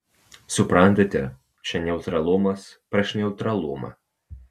suprantate čia neutralumas prieš neutralumą